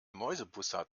mäusebussard